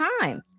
time